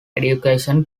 education